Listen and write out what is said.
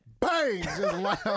Bang